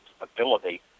ability